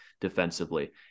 defensively